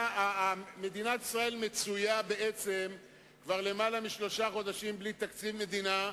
מדינת ישראל מצויה בעצם כבר למעלה משלושה חודשים בלי תקציב מדינה.